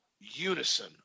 unison